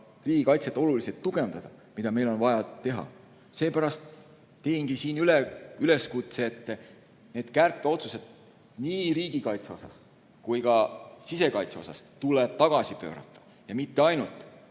riigikaitset oluliselt tugevdada, mida meil on vaja teha. Seepärast teengi siin üleskutse, et need kärpeotsused nii riigikaitse osas kui ka sisekaitse osas tuleb tagasi pöörata, ja mitte ainult: